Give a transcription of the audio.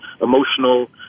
emotional